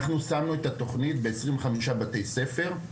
אנחנו שמנו את התוכנית בכ-25 בתי ספר מהמגזר,